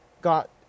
got –